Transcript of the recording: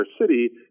city